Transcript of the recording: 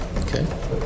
Okay